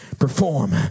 perform